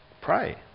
pray